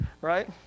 right